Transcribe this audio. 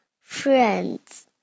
friends